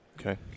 Okay